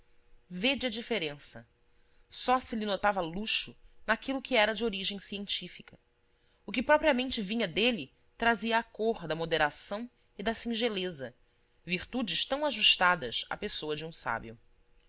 vede a diferença só se lhe notava luxo naquilo que era de origem científica o que propriamente vinha dele trazia a cor da moderação e da singeleza virtudes tão ajustadas à pessoa de um sábio